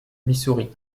missouri